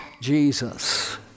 Jesus